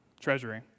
treasury